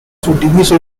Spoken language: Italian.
suddiviso